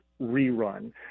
rerun